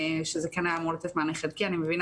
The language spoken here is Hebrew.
שזה כן היה אמור לצאת מ --- אני מבינה